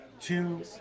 Two